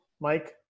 mike